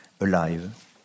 alive